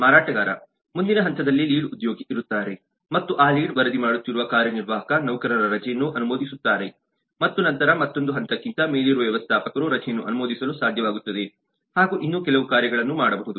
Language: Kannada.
ಮಾರಾಟಗಾರ ಮುಂದಿನ ಹಂತದಲ್ಲಿ ಲೀಡ್ ಉದ್ಯೋಗಿ ಇರುತ್ತಾರೆ ಮತ್ತು ಆ ಲೀಡ್ ವರದಿ ಮಾಡುತ್ತಿರುವ ಕಾರ್ಯನಿರ್ವಾಹಕ ನೌಕರನ ರಜೆಯನ್ನು ಅನುಮೋದಿಸುತ್ತಾರೆ ಮತ್ತು ನಂತರ ಮತ್ತೊಂದು ಹಂತಕ್ಕಿಂತ ಮೇಲಿರುವ ವ್ಯವಸ್ಥಾಪಕರು ರಜೆಯನ್ನು ಅನುಮೋದಿಸಲು ಸಾಧ್ಯವಾಗುತ್ತದೆ ಹಾಗೂ ಇನ್ನೂ ಕೆಲವು ಕಾರ್ಯಗಳನ್ನು ಮಾಡಬಹುದು